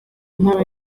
ntara